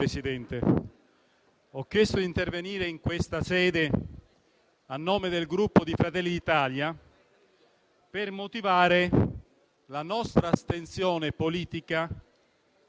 Presidente, ho chiesto di intervenire in questa sede a nome del Gruppo Fratelli d'Italia per motivare la nostra astensione politica